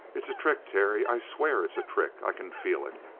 it's a trick, terry. i swear it's a trick. i can feel it!